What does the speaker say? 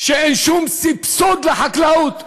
שאין שום סבסוד לחקלאות.